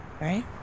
right